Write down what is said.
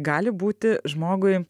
gali būti žmogui